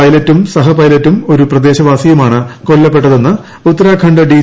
പൈലറ്റും സഹപൈലറ്റും ഒരു പ്രദേശവാസിയുമാണ് കൊല്ലപ്പെട്ടതെന്ന് ഉത്തരാഖണ്ഡ് ഡി